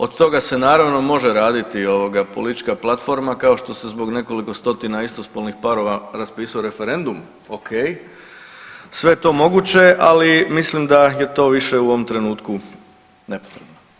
Od toga se naravno može raditi ovoga politička platforma kao što se zbog nekoliko stotina istospolnih parova raspisao referendum, ok, sve je to moguće, ali mislim da je to više u ovom trenutku nepotrebno.